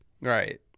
Right